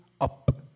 up